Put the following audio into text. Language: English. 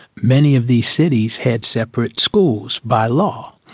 many of these cities had separate schools by law,